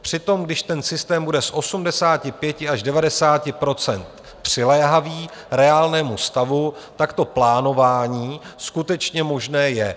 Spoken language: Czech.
Přitom když ten systém bude z 85 až 90 % přiléhavý reálnému stavu, tak to plánování skutečně možné je.